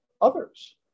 others